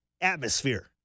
atmosphere